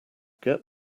get